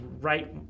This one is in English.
right